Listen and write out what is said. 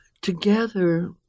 Together